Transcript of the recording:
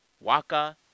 Waka